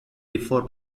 before